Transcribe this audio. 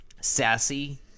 sassy